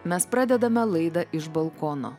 mes pradedame laidą iš balkono